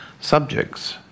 subjects